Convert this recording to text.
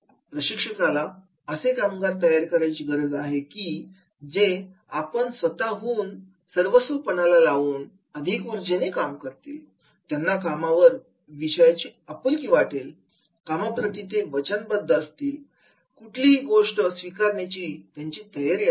प्रशिक्षकाला असे कामगार तयार करण्याची गरज आहे की जे आपण होऊन सर्वस्व पणाला लावून अधिक ऊर्जेने काम करतील त्यांना कामावर विषयी आपुलकी वाटेल कामाप्रती ते वचनबद्ध असतील कुठलीही गोष्ट स्वीकारण्याची त्यांची तयारी असेल